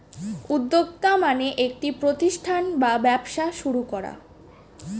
উদ্যোক্তা মানে একটি প্রতিষ্ঠান বা ব্যবসা শুরু করা